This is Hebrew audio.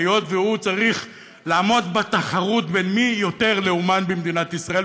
היות שהוא צריך לעמוד בתחרות על מי יותר לאומן במדינת ישראל,